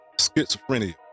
schizophrenia